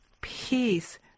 peace